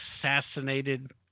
assassinated